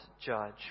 judge